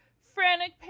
frantic